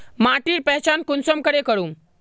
माटिर पहचान कुंसम करे करूम?